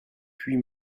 puis